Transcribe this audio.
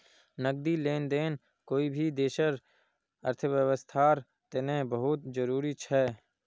नकदी लेन देन कोई भी देशर अर्थव्यवस्थार तने बहुत जरूरी छ